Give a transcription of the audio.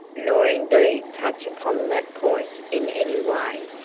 nor indeed touch upon that point in any way.